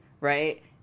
Right